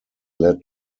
led